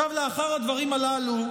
עכשיו, לאחר הדברים הללו,